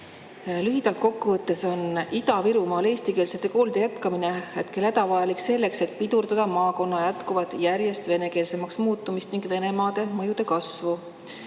Lühidalt kokku võttes on Ida-Virumaal eestikeelsete koolide [pidamise] jätkamine hetkel hädavajalik selleks, et pidurdada maakonna jätkuvat järjest venekeelsemaks muutumist ning Venemaa mõju kasvu.